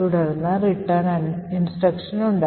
തുടർന്ന് return instrtuction ഉണ്ട്